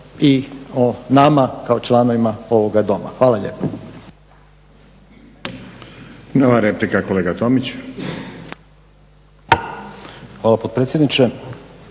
i o nama kao članovima ovoga Doma. Hvala lijepo.